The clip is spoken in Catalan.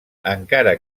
encara